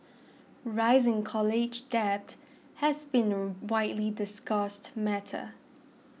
rising college debt has been a widely discussed matter